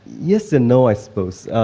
yes and no i suppose.